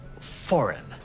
foreign